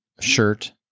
shirt